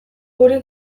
guri